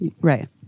right